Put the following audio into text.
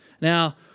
Now